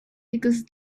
because